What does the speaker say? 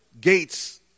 gates